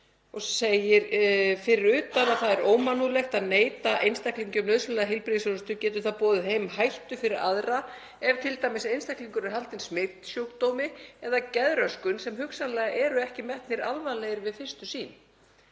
Svo segir: „Fyrir utan að það er ómannúðlegt að neita einstaklingi um nauðsynlega heilbrigðisþjónustu getur það boðið heim hættu fyrir aðra ef t.d. einstaklingur er haldinn smitsjúkdómi eða geðröskun sem hugsanlega eru ekki metnir alvarlegir við fyrstu sýn.“